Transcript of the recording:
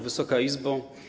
Wysoka Izbo!